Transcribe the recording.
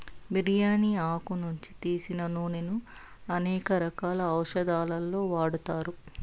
బిర్యాని ఆకు నుంచి తీసిన నూనెను అనేక రకాల ఔషదాలలో వాడతారు